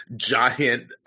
giant